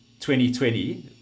2020